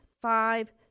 Five